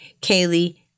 Kaylee